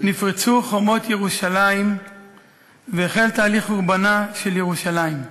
נפרצו חומות ירושלים והחל תהליך חורבנה של ירושלים.